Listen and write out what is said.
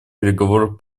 переговорах